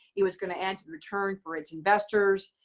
it was going to add to return for its investors.